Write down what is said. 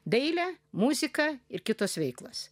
dailė muzika ir kitos veiklos